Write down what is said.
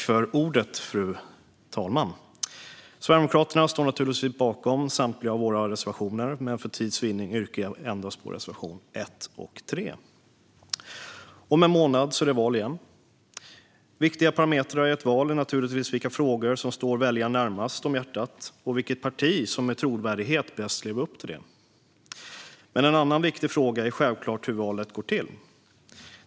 Fru talman! Sverigedemokraterna står naturligtvis bakom samtliga våra reservationer, men för tids vinnande yrkar jag bifall endast till reservationerna 1 och 3. Om en månad är det val igen. Viktiga parametrar i ett val är naturligtvis vilka frågor som ligger väljaren närmast om hjärtat och vilket parti som med trovärdighet bäst lever upp till det. Men en annan viktig fråga är självklart hur valet går till.